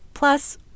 Plus